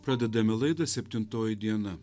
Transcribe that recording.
pradedame laidą septintoji diena